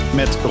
met